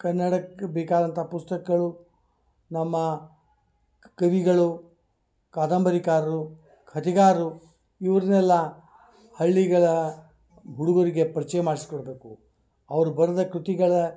ಕನ್ನಡಕ್ಕೆ ಬೇಕಾದಂಥ ಪುಸ್ತಕಗಳು ನಮ್ಮ ಕವಿಗಳು ಕಾದಂಬರಿಕಾರರು ಕತೆಗಾರರು ಇವ್ರನ್ನೆಲ್ಲ ಹಳ್ಳಿಗಳ ಹುಡುಗರ್ಗೆ ಪರಿಚಯ ಮಾಡಿಸ್ಕೊಡ್ಬೇಕು ಅವರು ಬರೆದ ಕೃತಿಗಳ